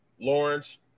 Lawrence